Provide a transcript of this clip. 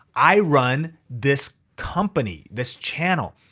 i run this company, this channel.